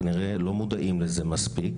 כנראה לא מודעים לזה מספיק,